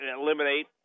eliminate